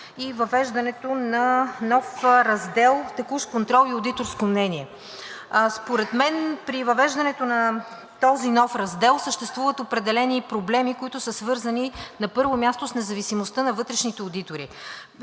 и въвеждането на нов раздел „Текущ контрол и одиторско мнение“. Според мен при въвеждането на този нов раздел съществуват определени проблеми, които са свързани, на първо място, с независимостта на вътрешните одитори.